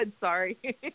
sorry